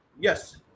Yes